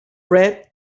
red